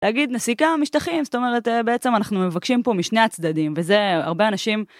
להגיד נסיגה משטחים זאת אומרת בעצם אנחנו מבקשים פה משני הצדדים וזה הרבה אנשים.